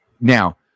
Now